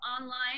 online